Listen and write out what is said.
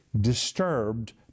disturbed